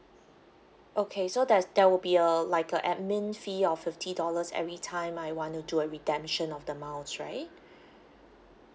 okay so there's there will be a like a admin fee of fifty dollars every time I want to a redemption of the miles right